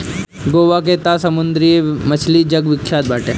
गोवा के तअ समुंदरी मछली जग विख्यात बाटे